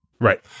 Right